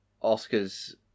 Oscar's